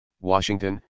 Washington